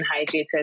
hydrated